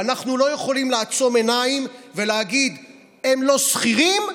ואנחנו לא יכולים לעצום עיניים ולהגיד: הם לא שכירים,